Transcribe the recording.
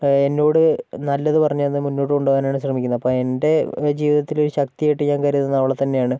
എന്നോട് നല്ലത് പറഞ്ഞു തന്ന് മുന്നോട്ട് കൊണ്ട് പോകാനാണ് ശ്രമിക്കുന്നത് അപ്പോൾ എൻ്റെ ജീവിതത്തില് ഒരു ശക്തിയായിട്ട് ഞാൻ കരുതുന്നത് അവളെത്തന്നെയാണ്